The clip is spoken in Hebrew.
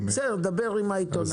בסדר, דבר עם העיתונאים.